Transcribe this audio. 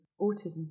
autism